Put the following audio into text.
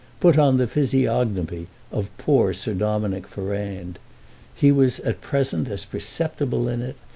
put on the physiognomy of poor sir dominick ferrand he was at present as perceptible in it,